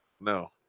No